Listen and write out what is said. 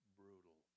brutal